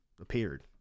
appeared